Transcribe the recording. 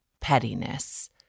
pettiness